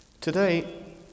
Today